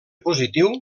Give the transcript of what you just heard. positiu